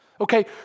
Okay